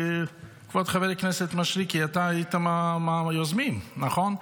כבוד חבר הכנסת מישרקי, אתה היית מהיוזמים, נכון?